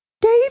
Dave